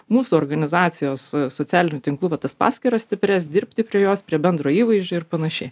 mūsų organizacijos socialinių tinklų va tas paskiras stiprias dirbti prie jos prie bendro įvaizdžio ir panašiai